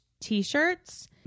t-shirts